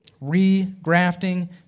re-grafting